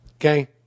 Okay